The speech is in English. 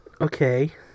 Okay